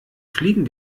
fliegen